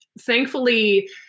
thankfully